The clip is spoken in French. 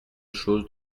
chose